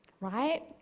Right